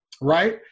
Right